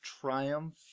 triumph